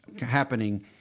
happening